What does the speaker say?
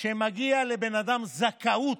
שמגיעה לבן אדם זכאות,